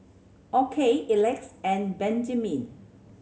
Okey Elex and Benjiman